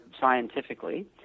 scientifically